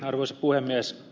arvoisa puhemies